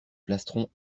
plastron